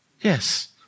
Yes